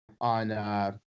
on